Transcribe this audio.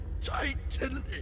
tightly